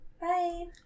bye